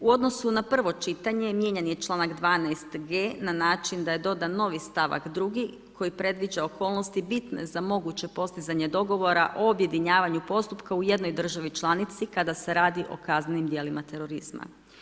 U odnosu na prvo čitanje mijenjan je članak 12 G. na način da je dodan novi stavak drugi koji predviđa okolnosti bitne za moguće postizanje dogovora o objedinjavanju postupka u jednoj državi članici kada se radi o kaznenim dijelima terorizma.